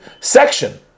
section